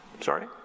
Sorry